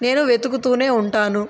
నేను వెతుకుతూనే ఉంటాను